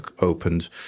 opened